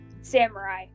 Samurai